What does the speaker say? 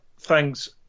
thanks